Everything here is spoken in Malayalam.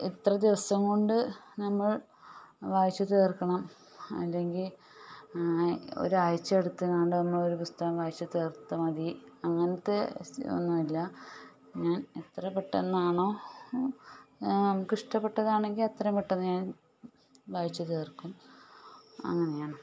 ഇത്ര ദിവസം കൊണ്ട് നമ്മൾ വായിച്ചു തീർക്കണം അല്ലെങ്കിൽ ആ ഒരു ആഴ്ചയെടുത്ത് എങ്ങാണ്ട് ഒരു പുസ്തകം വായിച്ചു തീർത്താൽ മതി അങ്ങനത്തെ ഒന്നുമില്ല ഞാൻ എത്ര പെട്ടന്നാണോ നമുക്ക് ഇഷ്ടപ്പെട്ടതാണെങ്കിൽ അത്രയും പെട്ടന്ന് ഞാൻ വായിച്ചു തീർക്കും അങ്ങനെയാണ്